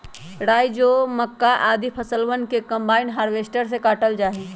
राई, जौ, मक्का, आदि फसलवन के कम्बाइन हार्वेसटर से काटल जा हई